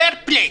פייר פליי.